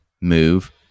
move